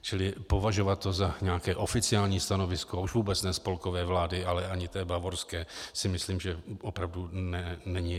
Čili považovat to za nějaké oficiální stanovisko, a už vůbec ne spolkové vlády, ale ani té bavorské, si myslím, že opravdu není namístě.